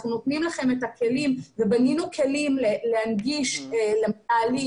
אנחנו נותנים לכם את הכלים ובנינו כלים להנגיש למנהלים